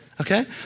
Okay